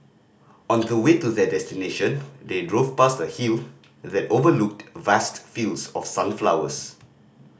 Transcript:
on the way to their destination they drove past a hill that overlooked vast fields of sunflowers